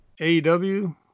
aew